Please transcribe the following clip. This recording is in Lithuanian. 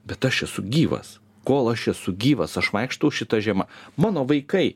bet aš esu gyvas kol aš esu gyvas aš vaikštau šita žiema mano vaikai